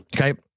Okay